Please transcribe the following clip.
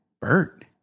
Bert